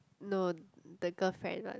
no the girlfriend one